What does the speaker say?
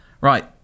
Right